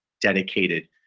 dedicated